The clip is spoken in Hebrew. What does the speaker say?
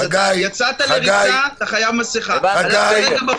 אז יצאת לריצה אתה חייב מסכה --- ברחוב,